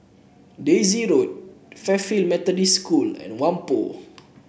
Daisy Road Fairfield Methodist School and Whampoa